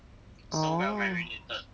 orh